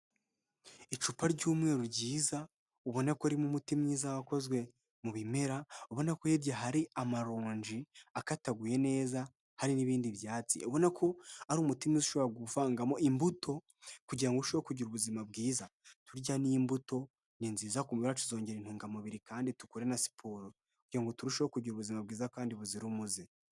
Icupa ry'umweru ryiza ubona ko ririmo umuti mwiza wakozwe mu bimera, ubona ko hirya hari amaronji akataguye neza, harimo ibindi byatsi. Ubona ko ari umuti mwiza ushobora kuvangamo imbuto kugira ngo urusheho kugira ubuzima bwiza. Burya n'imbuto ni nziza ku mubiri wacu zongera intungamubiri, kandi dukore na siporo kugira ngo turusheho kugira ubuzima bwiza kandi buzira umuze.